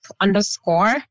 underscore